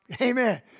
Amen